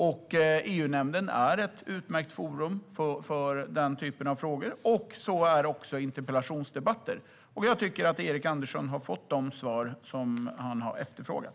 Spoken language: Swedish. EU-nämnden är ett utmärkt forum för den typen av frågor, och så är också interpellationsdebatter. Jag tycker att Erik Andersson har fått de svar som han har efterfrågat.